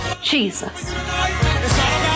Jesus